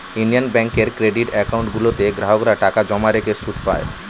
union ব্যাঙ্কের credit account গুলোতে গ্রাহকরা টাকা জমা রেখে সুদ পায়